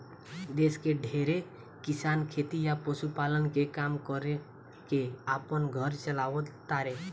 देश के ढेरे किसान खेती आ पशुपालन के काम कर के आपन घर चालाव तारे